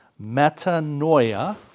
metanoia